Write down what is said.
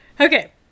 Okay